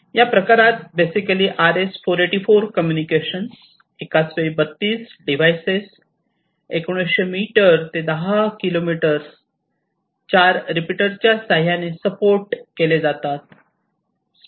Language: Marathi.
या प्रकारात बेसिकली RS484 कम्युनिकेशन एकाच वेळी 32 डिव्हाइसेस 1900 मिटर ते 10 किलोमीटर 4 रिपीटर च्या साह्याने सपोर्ट केले जाते